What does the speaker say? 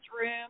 room